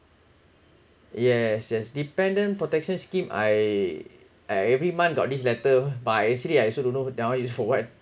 yes yes dependent protection scheme I I every month got this letter but actually I also don't know down is for what